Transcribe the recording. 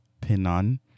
Pinon